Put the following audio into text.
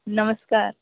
ନମସ୍କାର